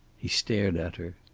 he stared at her.